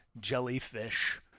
jellyfish